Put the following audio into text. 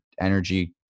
energy